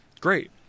great